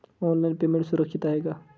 Online payment सुरक्षित आहे का?